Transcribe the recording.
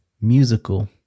musical